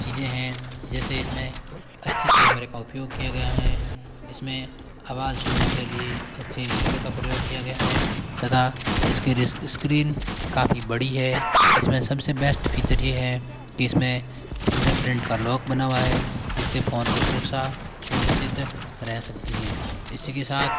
चीज़ें हैं जैसे इसमें अच्छे कैमरे का उपयोग किया गया है इसमें आवाज सुनने के लिए अच्छे स्पीकर का प्रयोग किया गया है तथा इसके स्क्रीन काफ़ी बड़ी है इसमें सबसे बेस्ट फीचर है कि इसमें फिंगरप्रिंट का लॉक बना हुआ है जिससे फोन की सुरक्षा सुनिश्चित रह सकती हैं इसी के साथ